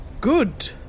Good